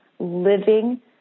living